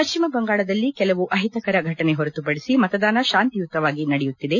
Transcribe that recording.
ಪಶ್ಚಿಮ ಬಂಗಾಳದಲ್ಲಿ ಕೆಲವು ಅಹಿತಕರ ಘಟನೆ ಹೊರತು ಪಡಿಸಿ ಮತದಾನ ಶಾಂತಿಯುತವಾಗಿ ನಡೆಯುತ್ತಿದೆ